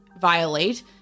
violate